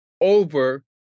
over